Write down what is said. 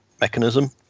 mechanism